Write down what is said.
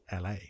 LA